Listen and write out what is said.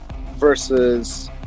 versus